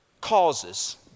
causes